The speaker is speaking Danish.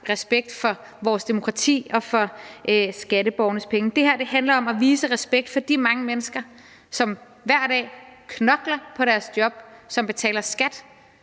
respekt for vores demokrati og for skatteborgernes penge. Det her handler om at vise respekt for de mange mennesker, som hver dag knokler på deres job, som betaler skat,